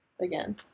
again